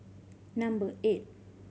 number eight